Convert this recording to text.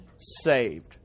saved